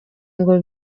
ngo